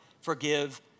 forgive